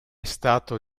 stato